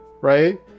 right